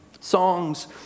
songs